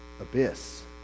abyss